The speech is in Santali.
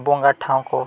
ᱵᱚᱸᱜᱟ ᱴᱷᱟᱶ ᱠᱚ